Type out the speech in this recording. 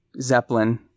Zeppelin